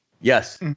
Yes